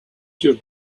your